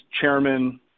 chairman